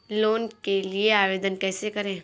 Loan के लिए आवेदन कैसे करें?